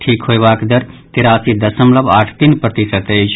ठीक होयबाक दर तिरासी दशमलव आठ तीन प्रतिशत अछि